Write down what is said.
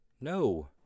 No